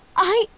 i.